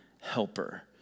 helper